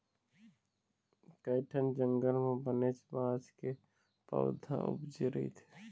कइठन जंगल म बनेच बांस के पउथा उपजे रहिथे